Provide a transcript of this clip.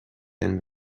ten